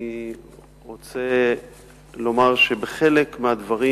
אני רוצה לומר שבחלק מהדברים